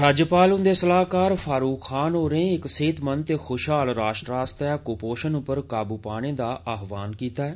राज्पाल हन्दे सलाहकार फारुक खान होरें अज्ज सेहतमंद ते ख्शहाल राष्ट्र आस्तै क्पोषण पर काबू पाने दा आहवान कीता ऐ